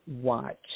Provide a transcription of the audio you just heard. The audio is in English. watch